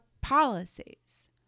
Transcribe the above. policies